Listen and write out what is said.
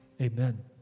Amen